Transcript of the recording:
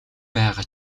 байгаа